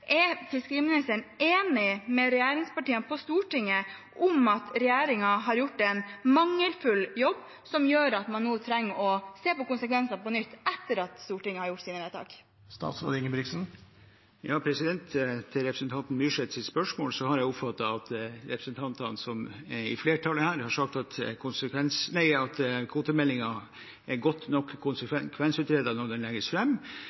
er: Er fiskeriministeren enig med regjeringspartiene på Stortinget i at regjeringen har gjort en mangelfull jobb, noe som gjør at man nå trenger å se på konsekvensene på nytt – etter at Stortinget har gjort sine vedtak? Til representanten Myrseths spørsmål har jeg oppfattet at representantene som er i flertall, har sagt at kvotemeldingen var godt nok konsekvensutredet da den ble lagt fram, men at